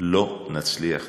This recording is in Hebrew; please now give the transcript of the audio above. לא נצליח להתקדם.